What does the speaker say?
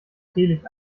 teelicht